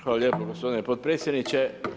Hvala lijepo gospodine podpredsjedniče.